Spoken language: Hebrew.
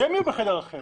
שהם יהיו בחדר אחר.